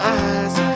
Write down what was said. eyes